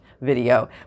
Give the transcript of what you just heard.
video